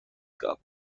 cup